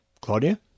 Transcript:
Claudia